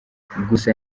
gusa